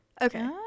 okay